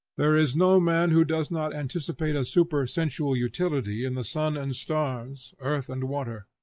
there is no man who does not anticipate a supersensual utility in the sun and stars, earth and water.